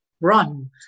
run